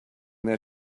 that